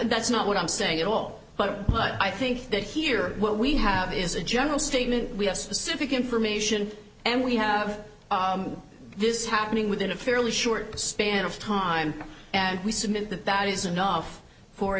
that's not what i'm saying at all but i think that here what we have is a general statement we have specific information and we have this happening within a fairly short span of time and we submit that that is enough for a